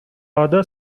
other